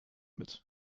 mit